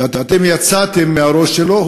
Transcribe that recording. ואתם יצאתם מהראש שלו,